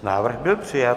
Návrh byl přijat.